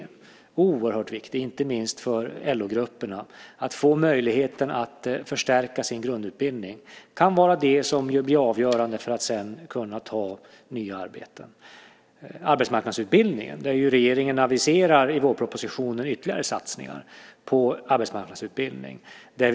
Det är oerhört viktigt, inte minst för LO-grupperna, att få möjlighet att förstärka sin grundutbildning. Det kan vara det som blir avgörande för att man sedan ska kunna ta nya arbeten. Vi har också arbetsmarknadsutbildningen. Regeringen aviserar ju i vårpropositionen ytterligare satsningar på arbetsmarknadsutbildningen.